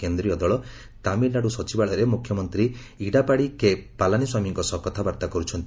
କନ୍ଦ୍ରୀୟ ଦଳ ତାମିଲ୍ନାଡୁ ସଚିବାଳୟରେ ମୁଖ୍ୟମନ୍ତ୍ରୀ ଇଡ଼ାପାଡ଼ି କେ ପାଲାନିସ୍ୱାମୀଙ୍କ ସହ କଥାବାର୍ତ୍ତା କରୁଛନ୍ତି